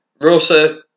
Rosa